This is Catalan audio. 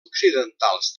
occidentals